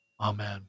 Amen